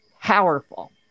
powerful